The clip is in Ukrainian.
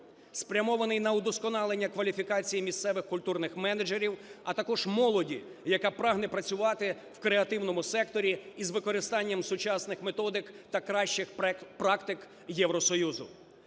спрямований на удосконалення кваліфікацій місцевих культурних менеджерів, а також молоді, яка прагне працювати в креативному секторі із використанням сучасних методик та кращих практик Євросоюзу.